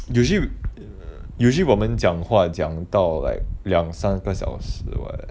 usually we usually 我们讲话讲到 like 两三个小时 [what]